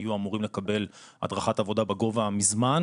היו אמורים לקבל הדרכת עבודה בגובה מזמן,